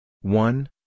one